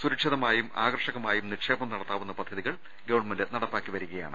സുര ക്ഷിതമായും ആകർഷകമായും നിക്ഷേപം നടത്താവുന്ന പദ്ധതികൾ ഗവൺമെന്റ് നടപ്പാക്കി വരികയാണ്